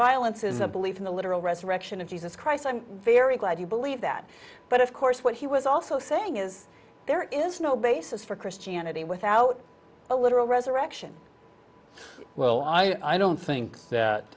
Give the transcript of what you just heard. violence is a belief in the literal resurrection of jesus christ i'm very glad you believe that but of course what he was also saying is there is no basis for christianity without a literal resurrection well i don't think th